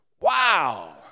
wow